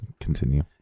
continue